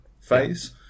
phase